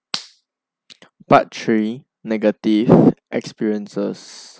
part three negative experiences